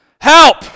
Help